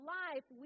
life